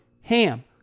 HAM